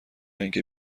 اینکه